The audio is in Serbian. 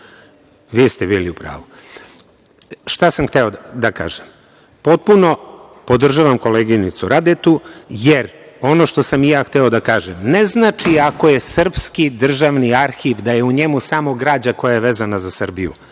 Vi ste bili u pravu. Šta sam hteo da kažem? Potpuno podržavam koleginicu Radetu, jer ono što sam i ja hteo da kažem ne znači ako je srpski državni arhiv, da je u njemu samo građa koja je vezana za Srbiju.